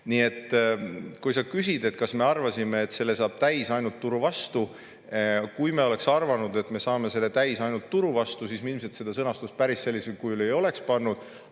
otsustada. Sa küsid, kas me arvasime, et selle saab täis ainult turu vastu. Kui me oleks arvanud, et me saame selle täis ainult turu vastu, siis me ilmselt seda sõnastust päris sellisel kujul ei oleks pannud.